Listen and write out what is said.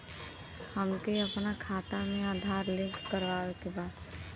हमके अपना खाता में आधार लिंक करावे के बा?